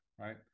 Right